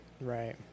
Right